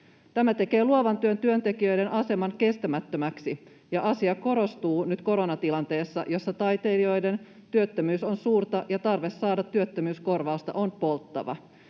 Tämä tekee luovan työn työntekijöiden aseman kestämättömäksi, ja asia korostuu nyt koronatilanteessa, jossa taiteilijoiden työttömyys on suurta ja tarve saada työttömyyskorvausta on polttava.